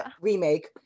remake